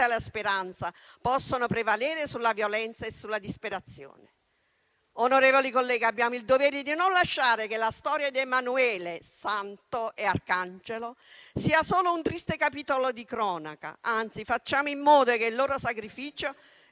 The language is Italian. e la speranza possano prevalere sulla violenza e sulla disperazione. Onorevoli colleghi, abbiamo il dovere di non lasciare che la storia di Emanuele, Santo e Arcangelo sia solo un triste capitolo di cronaca. Anzi, facciamo in modo che il loro sacrificio